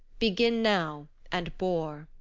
begin now and bore.